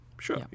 Sure